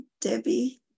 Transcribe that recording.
Debbie